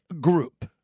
group